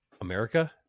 America